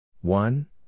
One